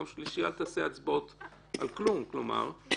שביום שלישי לא אעשה הצבעות על כלום כי זה